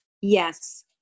Yes